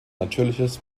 natürliches